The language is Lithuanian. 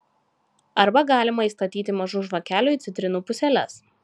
arba galima įstatyti mažų žvakelių į citrinų puseles